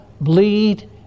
bleed